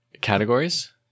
Categories